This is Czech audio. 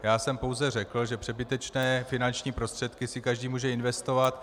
Já jsem pouze řekl, že přebytečné finanční prostředky si každý může investovat.